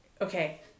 Okay